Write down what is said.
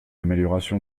amélioration